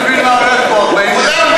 לא מבין מה הולך פה 40 שנה.